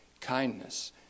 kindness